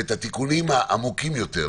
ואת התיקונים העמוקים יותר,